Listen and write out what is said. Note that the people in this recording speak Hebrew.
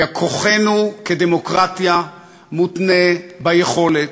וכוחנו כדמוקרטיה מותנה ביכולת,